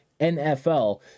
NFL